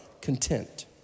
Content